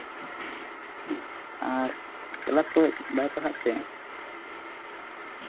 ᱟᱨ class ᱨᱮ ᱵᱟᱭ ᱯᱟᱲᱦᱟᱜ ᱛᱮ